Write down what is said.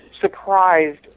surprised